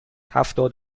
هفتاد